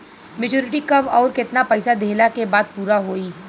Maturity कब आउर केतना पईसा देहला के बाद पूरा होई?